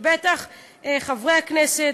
ובטח חברי הכנסת,